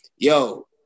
Yo